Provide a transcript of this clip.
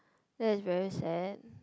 that is very sad